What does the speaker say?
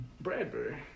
Bradbury